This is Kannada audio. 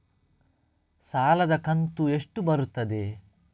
ಸಾಲದ ಕಂತು ಎಷ್ಟು ಬರುತ್ತದೆ?